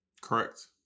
Correct